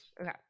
Okay